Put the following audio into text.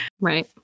Right